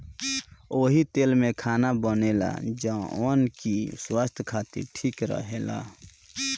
ओही तेल में खाना बनेला जवन की स्वास्थ खातिर ठीक रहेला